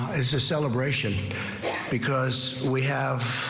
it's a celebration because we have.